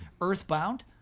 Earthbound